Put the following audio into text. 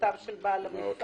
וחובותיו של בעל המפעל.